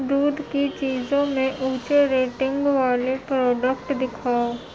دودھ کی چیزوں میں اونچے ریٹنگ والے پروڈکٹ دکھاؤ